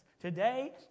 Today